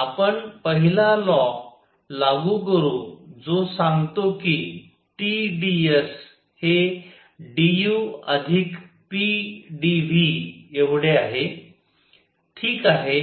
आपण पहिला लॉ लागू करू जो सांगतो की T dS हे d U अधिक p dV एवढे आहे ठीक आहे